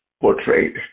portrayed